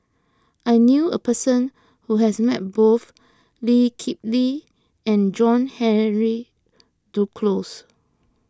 I knew a person who has met both Lee Kip Lee and John Henry Duclos